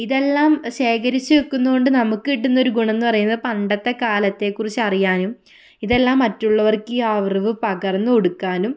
ഇതെല്ലം ശേഖരിച്ച് വെയ്ക്കുന്നതു കൊണ്ട് നമുക്ക് കിട്ടുന്നൊരു ഗുണം എന്ന് പറയുന്നത് പണ്ടത്തെ കാലത്തെ കുറിച്ച് അറിയാനും ഇതെല്ലാം മറ്റുള്ളവർക്ക് ഈ അറിവ് പകർന്ന് കൊടുക്കാനും